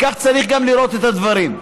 כך צריך לראות את הדברים.